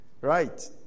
Right